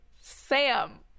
Sam